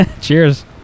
Cheers